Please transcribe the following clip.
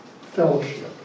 fellowship